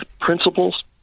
principles